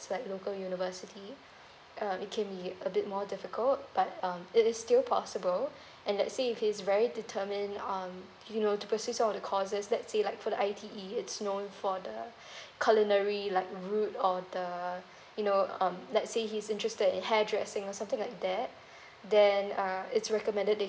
like local university err it can be a bit more difficult but um it is still possible and let's say if he's very determined um you know to proceed some of the courses let say like for the I_T_E it's known for the culinary like route or the you know um let's say he's interested in hairdressing or something like that then err it's recommended that he